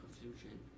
confusion